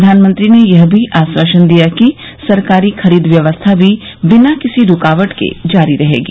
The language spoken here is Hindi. प्रधानमंत्री ने यह भी आश्वासन दिया कि सरकारी खरीद व्यवस्था भी बिना किसी रुकावट के जारी रहेगी